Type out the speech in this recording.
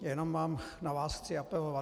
Jenom na vás chci apelovat.